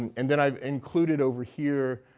and and then i've included over here